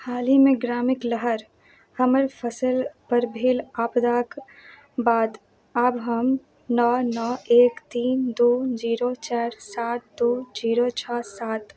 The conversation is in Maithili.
हालहिमे ग्रामिक लहर हमर फसिलपर भेल आपदाक बाद आब हम नओ नओ एक तीन दुइ जीरो चारि सात दुइ जीरो छओ सात